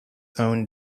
own